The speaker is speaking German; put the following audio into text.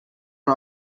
man